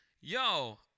yo